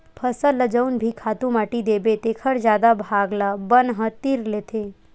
फसल ल जउन भी खातू माटी देबे तेखर जादा भाग ल बन ह तीर लेथे